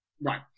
Right